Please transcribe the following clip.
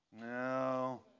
No